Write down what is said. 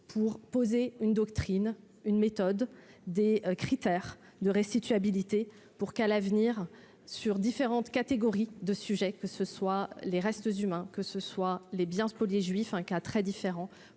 pour poser une doctrine, une méthode, des critères de restituer habilitées, pour qu'à l'avenir sur différentes catégories de sujet que ce soit les restes humains, que ce soit les biens spoliés juif un cas très différent